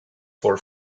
for